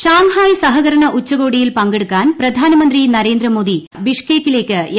Shanghai സഹകരണ ഉച്ചകോടിയിൽ പങ്കെടുക്കാൻ പ്രധാനമന്ത്രി നരേന്ദ്രമോദി ബിഷ്കേക്കിലേക്ക് യാത്ര തിരിച്ചു